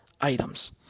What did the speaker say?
items